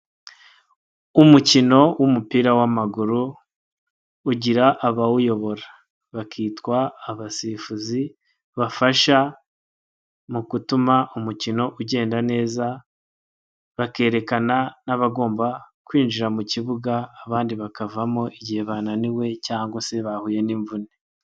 Umukino w'umupira w'amaguru ugira abawuyobora, bakitwa abasifuzi bafasha mu gutuma umukino ugenda neza. Bakerekana n'abagomba kwinjira mu kibuga abandi bakavamo, igihe bananiwe cyangwa se bahuye n'imvune.